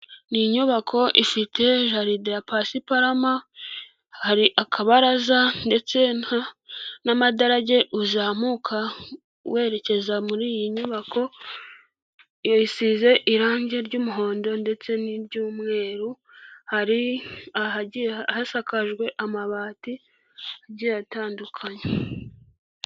Ni inyubako ifite jaride ya pasiparama, hari akabaraza ndetse n'amadarage uzamuka werekeza muri iyi nyubako, isize irange ry'umuhondo ndetse n'iry'umweru, hari ahagiye hasakajwe amabati agiye atandukanye.